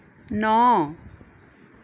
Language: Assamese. ন